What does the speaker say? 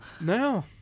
No